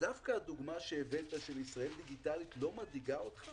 דווקא הדוגמה שהבאת של ישראל דיגיטלית לא מדאיגה אותך